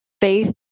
faith